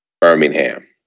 Birmingham